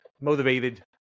motivated